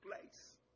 place